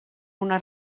una